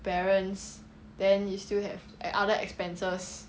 parents then you still have have other expenses